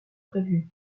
prévue